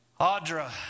Audra